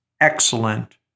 excellent